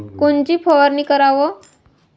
कोनची फवारणी कराव?